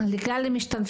תודה רבה לך על ההשתתפות.